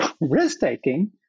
risk-taking